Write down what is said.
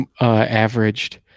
averaged